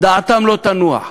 דעתם לא תנוח.